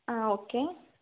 ஆ okay